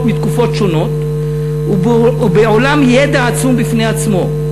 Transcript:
מתקופות שונות ובעולם ידע עצום בפני עצמו.